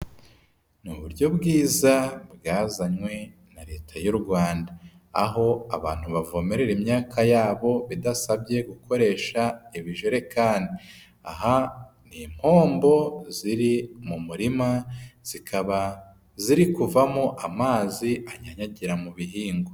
Ni uburyo bwiza bwazanywe na leta y'u Rwanda. Aho abantu bavomerera imyaka yabo bidasabye gukoresha ibijerekani. Aha ni impombo ziri mu murima zikaba ziri kuvamo amazi anyanyagira mu bihingwa.